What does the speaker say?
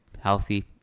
healthy